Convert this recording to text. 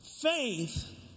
faith